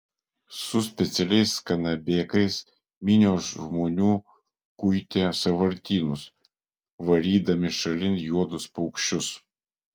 su specialiais kanabėkais minios žmonių kuitė sąvartynus varydami šalin juodus paukščius